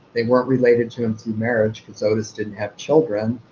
they weren't related to him through marriage, because otis didn't have children.